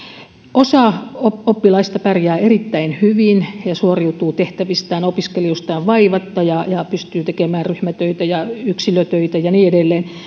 osa oppilaista pärjää erittäin hyvin ja suoriutuu tehtävistään ja opiskeluistaan vaivatta ja ja pystyy tekemään ryhmätöitä ja yksilötöitä ja niin edelleen